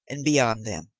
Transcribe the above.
and beyond them.